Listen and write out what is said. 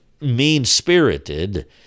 mean-spirited